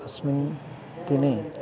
अस्मिन् दिने